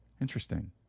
Interesting